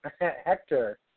Hector